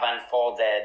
unfolded